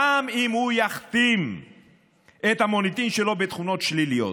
גם אם הוא יכתים את המוניטין שלו בתכונות שליליות.